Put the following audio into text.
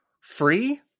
free